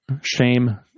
shame